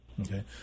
Okay